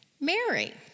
Mary